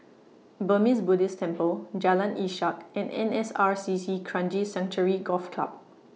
Burmese Buddhist Temple Jalan Ishak and N S R C C Kranji Sanctuary Golf Club